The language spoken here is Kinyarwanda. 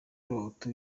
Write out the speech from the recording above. bahutu